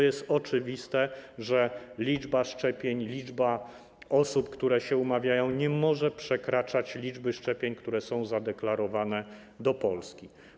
Jest oczywiste, że liczba szczepień, liczba osób, które się umawiają, nie może przekraczać liczby szczepień, które są zadeklarowane w odniesieniu do Polski.